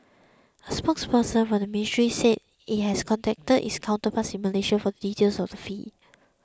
a spokesperson from the ministry said it has contacted its counterparts in Malaysia for details of the fee